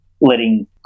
letting